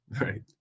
right